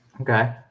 Okay